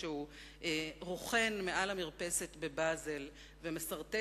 כשהוא רוכן מעל המרפסת בבאזל ומסרטט